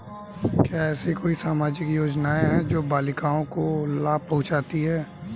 क्या ऐसी कोई सामाजिक योजनाएँ हैं जो बालिकाओं को लाभ पहुँचाती हैं?